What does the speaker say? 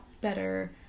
better